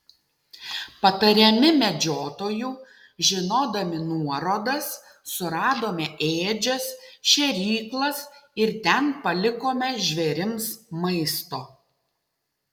patariami medžiotojų žinodami nuorodas suradome ėdžias šėryklas ir ten palikome žvėrims maisto